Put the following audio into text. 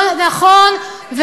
נכון,